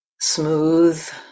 smooth